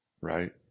right